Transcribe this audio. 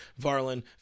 Varlin